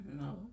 No